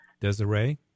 Desiree